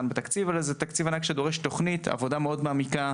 בתקציב אלא זה תקציב ענק שדורש תוכנית עבודה מאוד מעמיקה